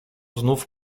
znów